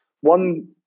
One